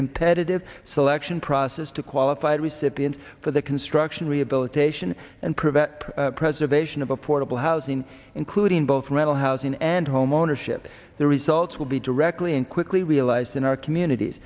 competitive selection process to qualify recipients for the construction rehabilitation and prevent preservation of affordable housing including both rental housing and home ownership the results will be directly and quickly realized in our communities